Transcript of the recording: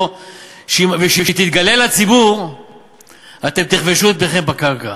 שכשהיא תתגלה לציבור אתם תכבשו את פניכם בקרקע.